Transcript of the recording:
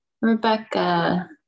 Rebecca